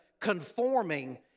conforming